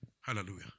Hallelujah